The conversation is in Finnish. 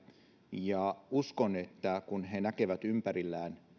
ja uskon että kun he näkevät ympärillään